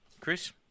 Chris